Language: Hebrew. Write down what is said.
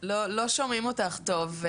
שומעים אותך טוב.